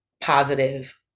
positive